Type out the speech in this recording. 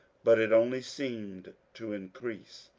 but it only seemed to increase.